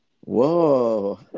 Whoa